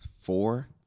Four